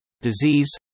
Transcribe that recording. disease